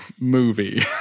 movie